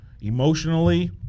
Emotionally